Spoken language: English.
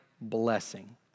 blessing